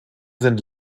sind